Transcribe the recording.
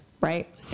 right